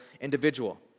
individual